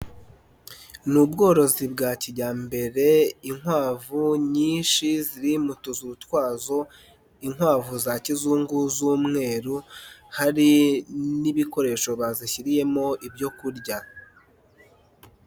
Ni ubworozi bwa kijyambere inkwavu nyinshi ziri mu tuvu twazo, inkwavu za kizungu z'umweru, hari n'ibikoresho bazishyiriyemo ibyo kurya.